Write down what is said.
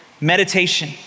Meditation